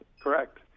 correct